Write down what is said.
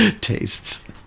tastes